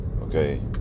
okay